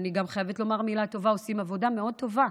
אני גם חייבת לומר מילה טובה: הם עושים עבודה מאוד טובה.